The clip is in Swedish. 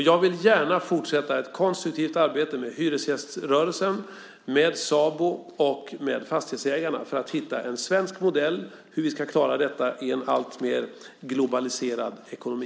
Jag vill gärna fortsätta ett konstruktivt arbete med hyresgäströrelsen, Sabo och fastighetsägarna för att hitta en svensk modell för hur vi ska klara detta i en alltmer globaliserad ekonomi.